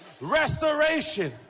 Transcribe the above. restoration